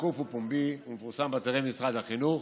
שקוף ופומבי ומפורסם באתר משרד החינוך.